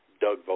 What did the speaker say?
Doug